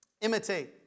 Imitate